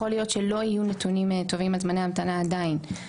להיות שלא יהיו נתונים טובים על זמני המתנה עדיין,